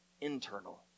internal